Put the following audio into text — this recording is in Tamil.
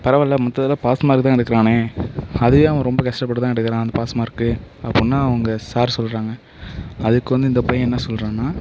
பரவாயில்லை மற்ற இதில் பாஸ் மார்க் தான் எடுக்கிறானே அதையும் அவன் ரொம்ப கஷ்டப்பட்டு தான் எடுக்கிறான் அந்த பாஸ் மார்க் அப்புடினு அவங்க சார் சொல்கிறாங்க அதுக்கு வந்து இந்த பையன் என்ன சொல்கிறான்னா